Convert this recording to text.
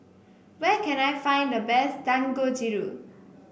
where can I find the best Dangojiru